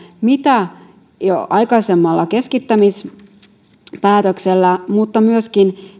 mitä on tapahtunut jo aikaisemmalla keskittämispäätöksellä mutta myöskin